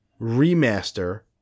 remaster